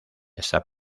esa